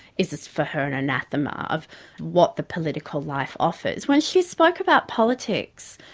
is is for her an anathema, of what the political life offers. when she spoke about politics,